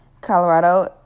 Colorado